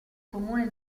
comune